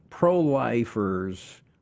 pro-lifers